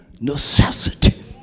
necessity